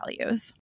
values